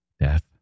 Death